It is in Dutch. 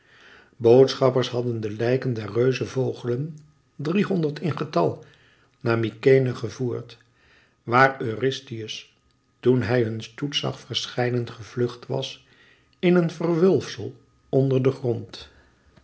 boodschappers hadden de lijken der reuzevogelen driehonderd in getal naar mykenæ gevoerd waar eurystheus toen hij hun stoet zag verschijnen gevlucht was in een verwulfsel onder den grond